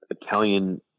Italian